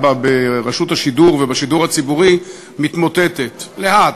בה ברשות השידור ובשידור הציבורי מתמוטטת לאט.